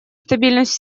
стабильность